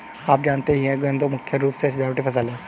आप जानते ही है गेंदा मुख्य रूप से सजावटी फसल है